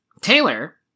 Taylor